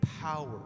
power